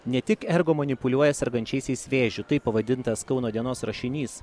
ne tik ergo manipuliuoja sergančiaisiais vėžiu taip pavadintas kauno dienos rašinys